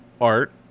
art